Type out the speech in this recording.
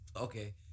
Okay